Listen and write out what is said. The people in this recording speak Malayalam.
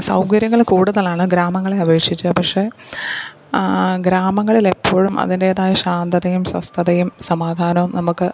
സൗകര്യങ്ങൾ കൂടുതലാണ് ഗ്രാമങ്ങളെ അപേക്ഷിച്ച് പക്ഷെ ഗ്രാമങ്ങളിലെപ്പോഴും അതിൻ്റേതായ ശാന്തതയും സ്വസ്ഥതയും സമാധാനവും നമുക്ക്